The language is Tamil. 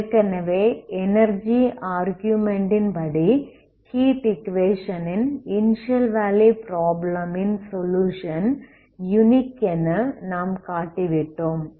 ஏற்கனவே எனர்ஜி ஆர்குயுமென்ட் ன் படி ஹீட் ஈக்குவேஷன் ன் இனிஸியல் வேல்யூ ப்ராப்ளம் ன் சொலுயுஷன் யுனிக் என நாம் காட்டிவிட்டோம்